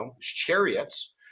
chariots